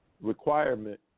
requirement